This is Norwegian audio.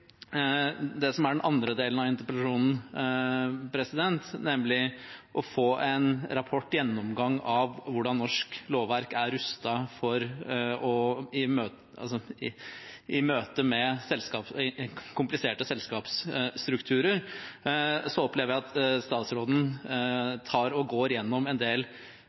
den andre delen av interpellasjonen, nemlig å få en gjennomgang av hvordan norsk lovverk er rustet i møte med kompliserte selskapsstrukturer, opplever jeg at statsråden går igjennom en del